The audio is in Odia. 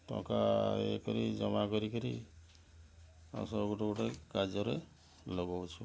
ଟଙ୍କା ଇଏ କରି ଜମା କରିକିରି ତାଙ୍କୁ ସବୁ ଗୋଟେ ଗୋଟେ କାର୍ଯ୍ୟରେ ଲଗାଉଛୁ